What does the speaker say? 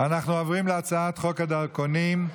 הצעת חוק הדרכונים.